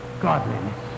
godliness